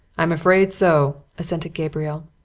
i'm afraid so, assented gabriel.